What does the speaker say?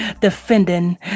defending